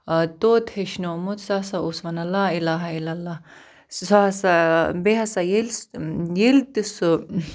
طوط ہیٚچھنومُت سُہ ہسا اوس وَنان لااِلہَ اِلا اللہ سُہ ہسا بیٚیہِ ہسا ییٚلہِ ییٚلہِ تہِ سُہ